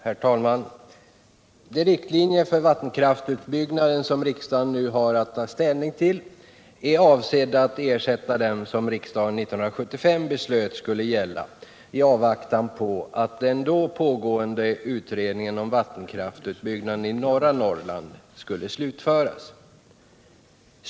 Herr talman! De riktlinjer för vattenkraftsutbyggnaden som riksdagen — Den fysiska nu har att ta ställning till är avsedda att ersätta dem som riksdagen = riksplaneringen för 1975 beslöt skulle gälla i avvaktan på att den då pågående utredningen vattendrag i norra om vattenkraftsutbyggnaden i norra Norrland slutfördes.